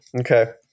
Okay